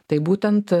tai būtent